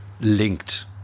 linked